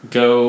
go